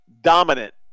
dominant